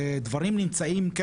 כל הנושא של שליטה,